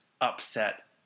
upset